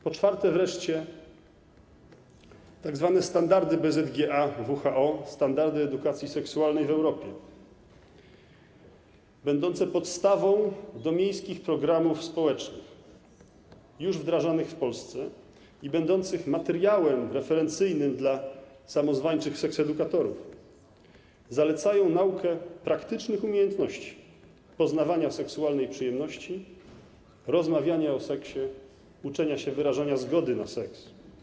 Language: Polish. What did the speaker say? Po czwarte wreszcie, tzw. standardy BZgA i WHO, standardy edukacji seksualnej w Europie, będące podstawą miejskich programów społecznych już wdrażanych w Polsce i będących materiałem referencyjnym dla samozwańczych seksedukatorów, zalecają naukę praktycznych umiejętności poznawania seksualnej przyjemności, rozmawiania o seksie, uczenia się wyrażania zgody na seks.